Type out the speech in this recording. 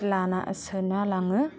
लाना सोना लाङो